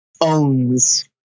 owns